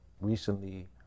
recently